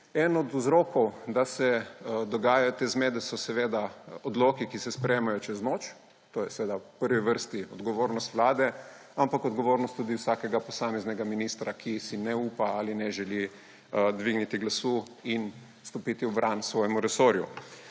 Eden od vzrokov, da se dogajajo te zmede, so odloki, ki se sprejemajo čez noč. To je seveda v prvi vrsti odgovornost Vlade, ampak odgovornost tudi vsakega posameznega ministra, ki si ne upa ali ne želi dvigniti glasu in stopiti v bran svojemu resorju.